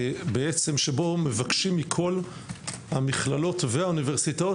ובו בעצם מבקשים מכל המכללות והאוניברסיטאות